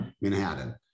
Manhattan